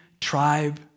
tribe